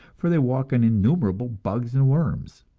for they walk on innumerable bugs and worms.